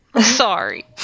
Sorry